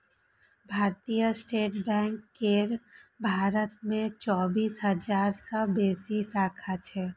भारतीय state bank केर भारत मे चौबीस हजार सं बेसी शाखा छै